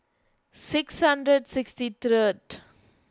six hundred sixty third